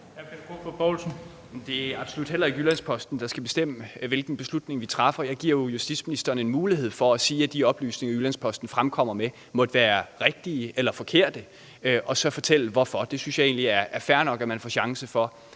Det er absolut heller ikke Jyllands-Posten, der skal bestemme, hvilken beslutning vi træffer. Jeg giver jo justitsministeren en mulighed for at sige, om de oplysninger, Jyllands-Posten fremkommer med, er rigtige eller forkerte, og så fortælle hvorfor. Jeg synes egentlig, det er fair nok, at man får en chance for